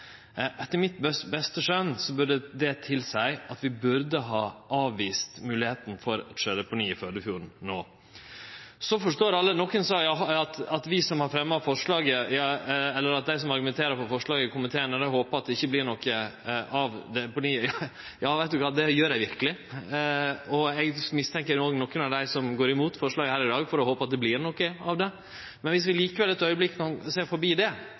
Etter mitt beste skjøn burde det tilseie at vi burde ha avvist moglegheita for eit sjødeponi i Førdefjorden no. Nokon seier at vi som har fremja forslaget, og som har argumentert for forslaget i komiteen, har håpa at det ikkje vert noko av deponiet. Ja, det gjer eg verkeleg. Og eg mistenkjer nokon av dei som går imot forslaget her i dag, for å håpe at det vert noko av det. Men dersom vi ein augneblink kan sjå forbi det, til det som også er ein del av debatten framover: Dersom mineralnæringa er så stor og viktig for Noreg som mange hevdar, og det